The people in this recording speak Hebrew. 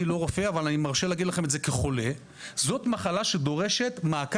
אני לא רופא אבל אני מרשה לעצמי להגיד לכם את זה כחולה שדורשת מעקב.